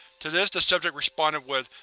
to this the subject responded with,